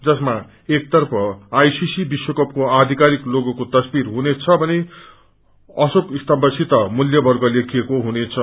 जसमा एक तफ्र आईसीसी विश्वकपको आविकारि लोगोक्रो तस्वीर हुनेछ भने अशोक स्तम्भसित मूल्य कर्ग लेखिएको हुनेछ